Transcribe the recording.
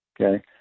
Okay